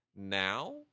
now